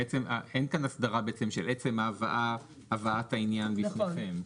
אין כאן אסדרה בעצם של עצם הבאת העניין בפניכם,